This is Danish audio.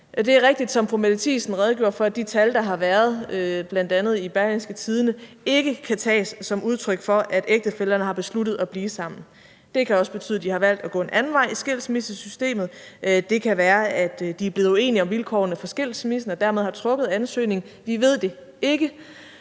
Det er rigtigt, som fru Mette Thiesen redegjorde for, at de tal, der har været, bl.a. i Berlingske, ikke kan tages som udtryk for, at ægtefællerne har besluttet at blive sammen. Det kan også betyde, at de har valgt at gå en anden vej i skilsmissesystemet. Det kan være, at de er blevet uenige om vilkårene for skilsmissen og dermed har trukket ansøgningen. Vi ved det ikke.